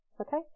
okay